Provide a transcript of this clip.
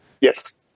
Yes